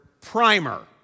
primer